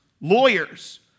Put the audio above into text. lawyers